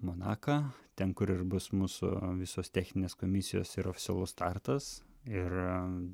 monaką ten kur ir bus mūsų visos techninės komisijos ir oficialus startas ir